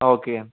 okay అండి